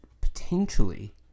potentially